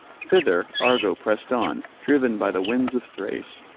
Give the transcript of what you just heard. thither argo pressed on, driven by the winds of thrace,